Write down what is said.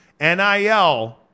NIL